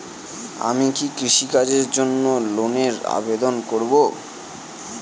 আমি কি কৃষিকাজের জন্য লোনের আবেদন করব?